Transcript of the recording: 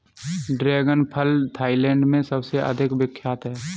dragon फल Thailand में सबसे अधिक विख्यात है